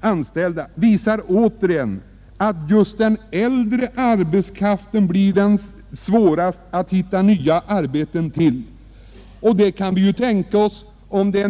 anställda — visar åter att det svåraste är att hitta nya arbeten för den äldre arbetskraften.